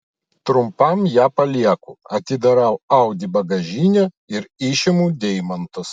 trumpam ją palieku atidarau audi bagažinę ir išimu deimantus